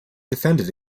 defended